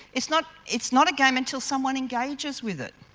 it's not it's not a game until someone engages with it,